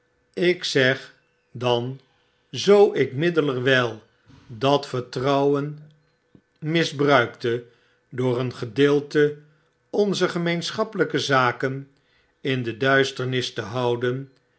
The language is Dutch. ik zeg dan zoo ik middelerwyl dat vertrouwen misbruikte door een gedeelte onzer gemeenschappelijke zaken in de duisternis te houden